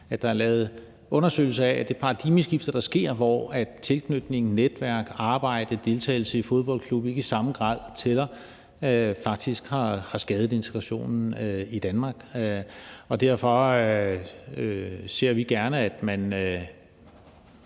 at der er lavet undersøgelser af, at det paradigmeskifte, der sker, hvor tilknytning, netværk, arbejde og deltagelse i fodboldklub ikke i samme grad tæller, faktisk har skadet integrationen i Danmark, og derfor ser vi gerne, at man